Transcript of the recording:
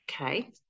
Okay